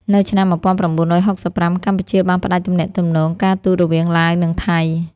នៅឆ្នាំ១៩៦៥ កម្ពុជាបានផ្តាច់ទំនាក់ទំនងការទូតរវាងឡាវ និងថៃ។